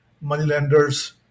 moneylenders